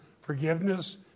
forgiveness